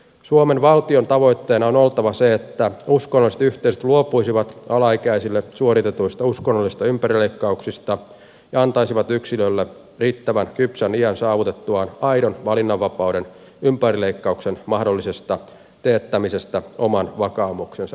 suomen valtion tavoitteena on oltava se että uskonnolliset yhteisöt luopuisivat alaikäisille suoritetuista uskonnollisista ympärileikkauksista ja antaisivat yksilölle tämän saavutettua riittävän kypsän iän aidon valinnanvapauden ympärileikkauksen mahdollisesta teettämisestä oman vakaumuksensa perusteella